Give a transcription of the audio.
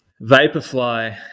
vaporfly